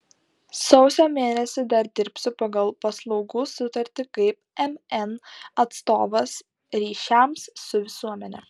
sausio mėnesį dar dirbsiu pagal paslaugų sutartį kaip mn atstovas ryšiams su visuomene